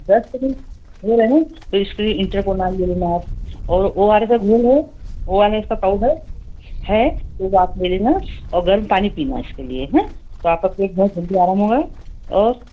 दस्त भी हो रहें है न अभी तो इसके लिए इंट्रोकोनाल ले लेना और ओ आर एस का घोल है तो ओ आर एस पाउडर रात में लेना और गर्म पानी पीना इसके लिए हाँ तो आपका पेट बहुत जल्दी आराम होगा और